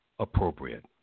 Appropriate